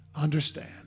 understand